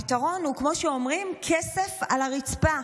הפתרון הוא כמו שאומרים: הכסף על הרצפה,